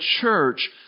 church